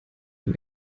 dem